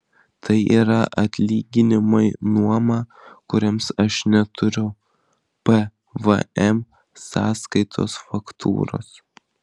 tai yra atlyginimai nuoma kuriems aš neturiu pvm sąskaitos faktūros